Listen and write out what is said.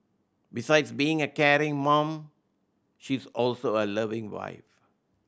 besides being a caring mom she is also a loving wife